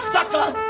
Sucker